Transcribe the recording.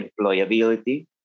employability